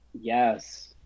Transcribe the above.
Yes